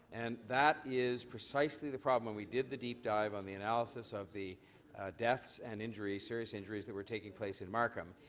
and that is precisely the problem when we did the deep dive on the analysis of the deaths and injuries, serious injuries that were taking place in markham.